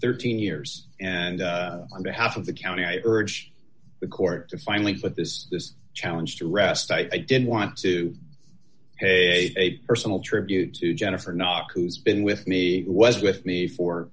thirteen years and on behalf of the county i urge the court to finally put this this challenge to rest i did want to pay a personal tribute to jennifer knock who's been with me was with me